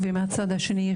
ומהצד השני,